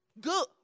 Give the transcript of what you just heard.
Good